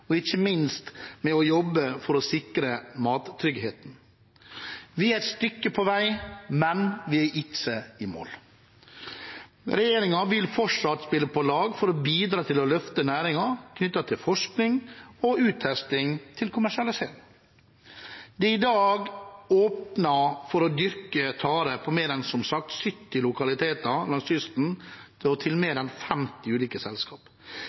og – ikke minst– jobbe for å sikre mattryggheten. Vi er et stykke på vei, men vi er ikke i mål. Regjeringen vil fortsatt spille på lag for å bidra til å løfte næringen knyttet til forskning og uttesting til kommersialisering. Det er i dag, som sagt, åpnet for å dyrke tare på mer enn 70 lokaliteter langs kysten til mer enn 50 ulike